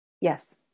Yes